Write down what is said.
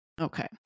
Okay